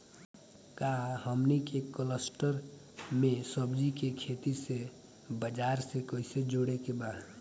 का हमनी के कलस्टर में सब्जी के खेती से बाजार से कैसे जोड़ें के बा?